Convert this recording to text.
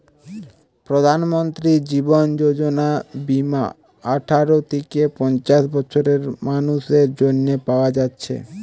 প্রধানমন্ত্রী জীবন যোজনা বীমা আঠারো থিকে পঞ্চাশ বছরের মানুসের জন্যে পায়া যাচ্ছে